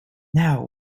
now